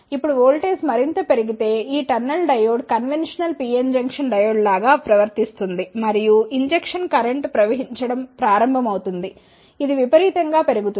ఇప్పుడు వోల్టేజ్ మరింత పెరిగి తే ఈ tunnel diode conventional PN junction diode లాగా ప్రవర్తిస్తుంది మరియు ఇంజెక్షన్ కరెంట్ ప్రవహించడం ప్రారంభమవుతుంది ఇది విపరీతం గా పెరుగుతుంది